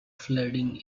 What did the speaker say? flooding